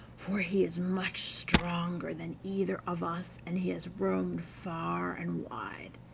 for he is much stronger than either of us, and he has roamed far and wide,